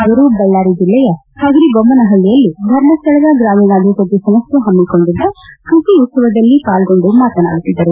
ಅವರು ಬಳ್ಳಾರಿ ಜಿಲ್ಲೆಯ ಪಗರಿ ದೊಮ್ಮನಹಳ್ಳಯಲ್ಲಿ ಧರ್ಮಸ್ಥಳದ ಗ್ರಾಮೀಣಾಭಿವೃದ್ಧಿ ಸಂಸ್ಥೆ ಹಮ್ಮಿಕೊಂಡಿದ್ದ ಕೃಷಿ ಉತ್ತವದಲ್ಲಿ ಪಾಲ್ಗೊಂಡು ಮಾತನಾಡುತ್ತಿದ್ದರು